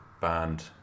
band